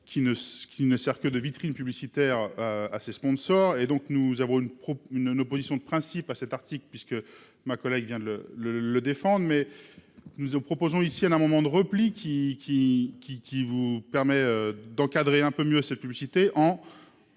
qui ne sert que de vitrine publicitaire à ses sponsors et donc nous avons une une opposition de principe à cet article puisque ma collègue vient de le le le défendent mais. Nous en proposons ici à un moment de repli qui qui qui qui vous permet d'encadrer un peu mieux cette publicité en.